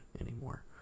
anymore